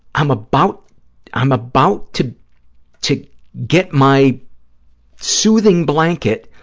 i'm about i'm about to to get my soothing blanket,